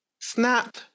snap